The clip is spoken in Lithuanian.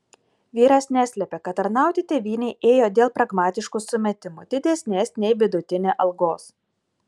vyras neslepia kad tarnauti tėvynei ėjo dėl pragmatiškų sumetimų didesnės nei vidutinė algos